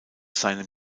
seinem